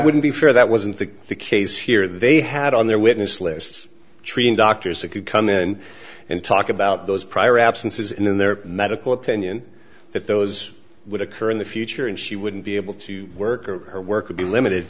wouldn't be fair that wasn't the case here that they had on their witness list treating doctors that could come in and talk about those prior absences in their medical opinion that those would occur in the future and she wouldn't be able to work or her work would be limited